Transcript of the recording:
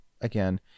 again